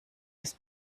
des